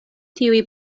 tiu